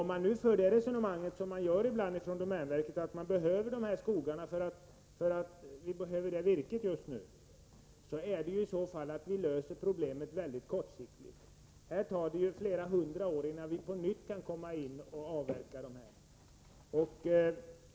Om man nu för det resonemang som ibland förs från domänverkets sida, att man har behov av dessa skogar, därför att virket behövs just nu, innebär det att man är beredd att lösa problemet mycket kortsiktigt. Det tar ju flera hundra år, innan vi på nytt kan avverka på dessa områden.